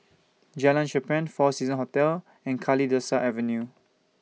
Jalan Cherpen four Seasons Hotel and Kalidasa Avenue